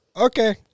okay